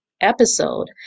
episode